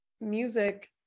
music